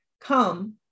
come